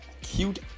cute